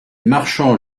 marchands